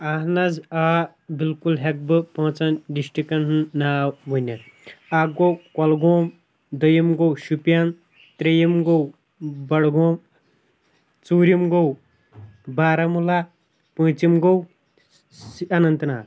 اہن حظ آ بالکُل ہٮ۪کہٕ بہٕ پانٛژن دسٹرکن ہُنٛد ناو ؤنِتھ اکھ گوٚو کۄلگوم دٔیِم گوٚو شُپین ترٛیُم گوٚو بڈگوم ژوٗرِم گوٚو بارہمولہ پوٗنٛژِم گوٚو اننت ناگ